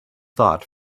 thought